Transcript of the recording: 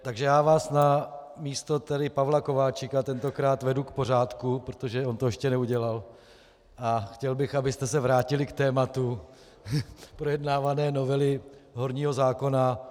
Takže vás namísto Pavla Kováčika tentokrát vedu k pořádku, protože on to ještě neudělal, a chtěl bych, abyste se vrátili k tématu projednávané novely horního zákona.